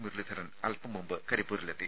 മുരളീധരൻ അല്പം മുമ്പ് കരിപ്പൂരിലെത്തി